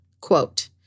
quote